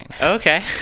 Okay